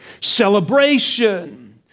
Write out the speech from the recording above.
Celebration